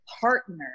partner